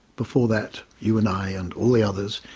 before that you and i and all the others,